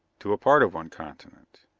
to a part of one continent.